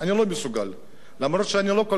אף שאני לא כל כך מסכים עם המהלך הזה.